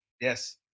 Yes